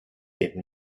did